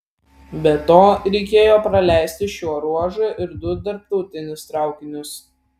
be to reikėjo praleisti šiuo ruožu ir du tarptautinius traukinius